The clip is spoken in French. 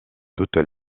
toutes